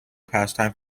pastime